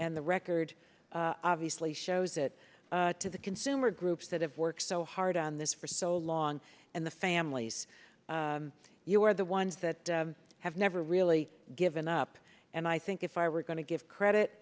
and the record obviously shows it to the consumer groups that have worked so hard on this for so long and the families you are the ones that have never really given up and i think if i were going to give credit